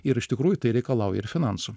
ir iš tikrųjų tai reikalauja ir finansų